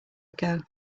ago